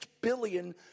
billion